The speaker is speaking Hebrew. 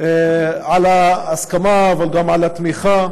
על ההסכמה וגם על התמיכה,